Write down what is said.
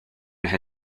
had